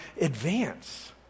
advance